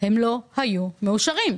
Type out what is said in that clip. לא היו מאושרים.